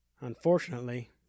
Unfortunately